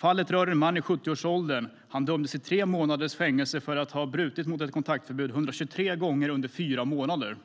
Fallet rör en man i 70-årsåldern. Han dömdes till tre månaders fängelse för att ha brutit mot ett kontaktförbud 123 gånger under fyra månader.